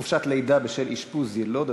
חופשת לידה בשל אשפוז יילוד),